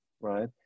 right